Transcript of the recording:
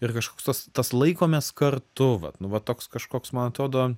ir kažkoks tas tas laikomės kartu vat nu va toks kažkoks man atrodo